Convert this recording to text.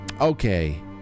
Okay